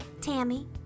Tammy